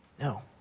No